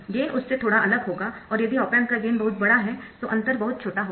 gain उससे थोड़ा अलग होगा और यदि ऑप एम्प का गेन बहुत बड़ा है तो अंतर बहुत छोटा होगा